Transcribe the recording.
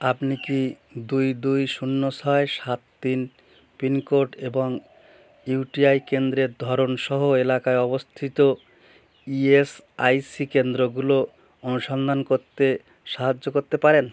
আপনি কি দুই দুই শূন্য ছয় সাত তিন পিনকোড এবং ইউ টি আই কেন্দ্রের ধরনসহ এলাকায় অবস্থিত ই এস আই সি কেন্দ্রগুলো অনুসন্ধান করতে সাহায্য করতে পারেন